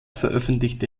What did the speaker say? veröffentlichte